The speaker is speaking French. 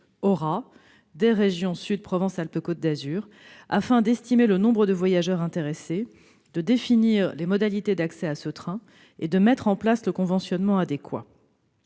des régions AURA et Sud/PACA afin d'estimer le nombre de voyageurs intéressés, de définir les modalités d'accès à ce train et de mettre en place le conventionnement adéquat.